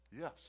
yes